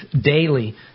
daily